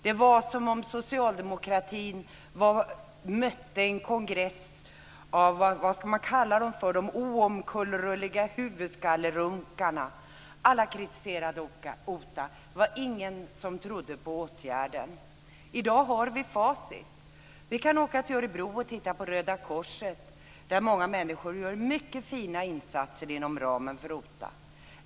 Det var som om socialdemokratin mötte en samling av - låt mig kalla dem så - oomkullkastliga huvudskallerunkare. Alla kritiserade OTA, och ingen av dem trodde på åtgärden. I dag står vi med facit i handen. Vi kan åka till Örebro och titta på dem som inom ramen för OTA gör mycket fina insatser för Röda korset.